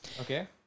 Okay